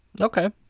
Okay